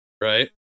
right